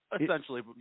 Essentially